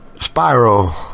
Spiral